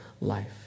life